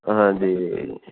ਹਾਂਜੀ